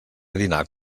dinar